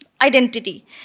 identity